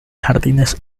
jardines